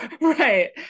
right